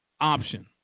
option